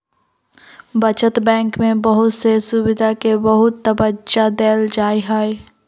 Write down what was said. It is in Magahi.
बचत बैंक में बहुत से सुविधा के बहुत तबज्जा देयल जाहई